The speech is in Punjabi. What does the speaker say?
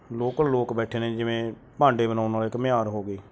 ਲੋਕਲ ਲੋਕ ਬੈਠੇ ਨੇ ਜਿਵੇਂ ਭਾਂਡੇ ਬਣਾਉਣ ਵਾਲੇ ਘੁਮਿਆਰ ਹੋ ਗਏ